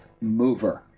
mover